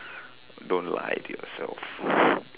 don't lie to yourself